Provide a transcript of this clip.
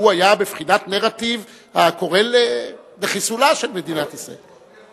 היה בבחינת נרטיב הקורא לחיסולה של מדינת ישראל.